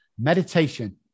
meditation